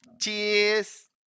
Cheers